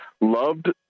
loved